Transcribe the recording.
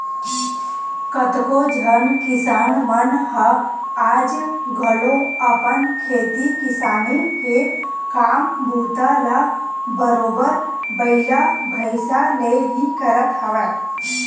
कतको झन किसान मन ह आज घलो अपन खेती किसानी के काम बूता ल बरोबर बइला भइसा ले ही करत हवय